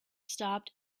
stopped